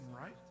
right